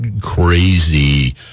crazy